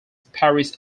paris